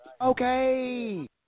Okay